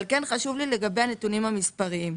כן חשוב לי לגבי הנתונים המספריים.